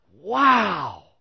wow